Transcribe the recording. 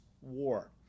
war